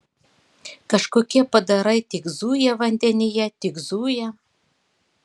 kažkokie padarai tik zuja vandenyje tik zuja